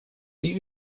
die